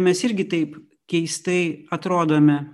mes irgi taip keistai atrodome